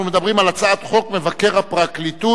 אנחנו מדברים על הצעת חוק מבקר הפרקליטות,